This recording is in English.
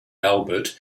albert